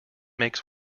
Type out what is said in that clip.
makes